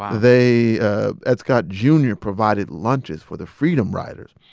they ah ed scott jr. provided lunches for the freedom riders.